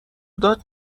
داد